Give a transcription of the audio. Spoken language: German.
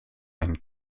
einen